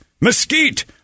mesquite